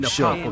Show